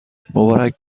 مبارک